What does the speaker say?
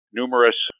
numerous